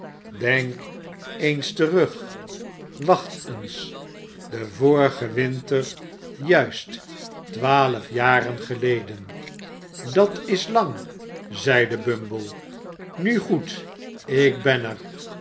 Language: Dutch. denk eens terug wacht eens den vorigen winter juist twaalf jaren geleden dat is lang zeide bumble nu goed ik ben er